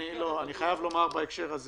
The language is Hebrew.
אני חייב לומר בהקשר הזה